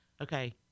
Okay